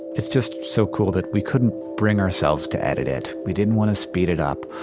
it's just so cool that we couldn't bring ourselves to edit it. we didn't want to speed it up.